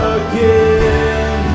again